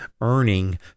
earning